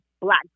Black